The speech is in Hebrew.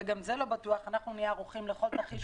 וגם זה לא בטוח אנחנו נהיה ערוכים לכל תרחיש,